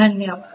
धन्यवाद